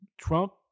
Trump